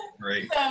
Great